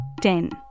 ten